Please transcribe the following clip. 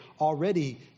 already